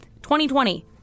2020